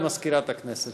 הודעה למזכירת הכנסת.